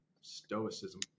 stoicism